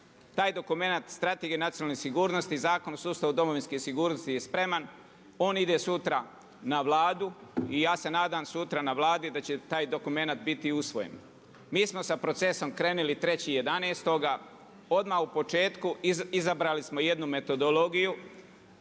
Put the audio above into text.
taj dokumenat Strategije nacionalne sigurnosti, Zakon o sustavu domovinske sigurnosti je spreman, on ide sutra na Vladu i ja se nadam sutra na Vladi da će taj dokumenat biti usvojen. Mi smo sa procesom krenuli 3.11., odmah u početku izabrali smo jednu metodologiju,